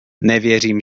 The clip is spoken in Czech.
nevěřím